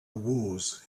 wars